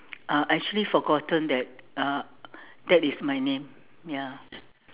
uh I actually forgotten that uh that is my name ya